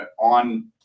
on